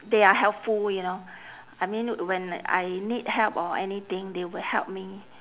they are helpful you know I mean when I need help or anything they will help me